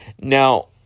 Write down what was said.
Now